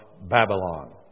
Babylon